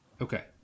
Okay